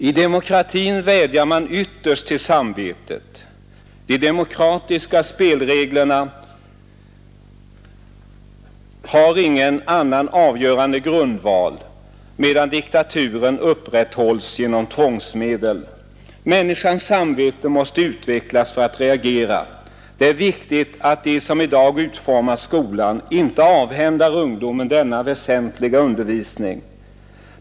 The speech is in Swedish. I demokratin vädjar man ytterst till samvetet — de demokratiska spelreglerna har ingen annan avgörande grundval — medan diktaturen upprätthålls genom tvångsmedel. Människans samvete måste utvecklas för att reagera. Det är viktigt att de som i dag utformar skolan inte avhänder ungdomen denna väsentliga undervisning.